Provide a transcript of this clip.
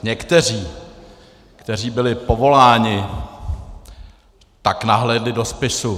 Někteří, kteří byli povoláni, tak nahlédli do spisu.